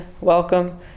welcome